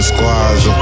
Squads